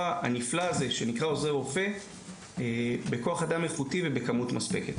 הנפלא הזה שנקרא עוזרי רופא בכוח אדם איכותי ובכמות מספקת.